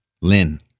Lynn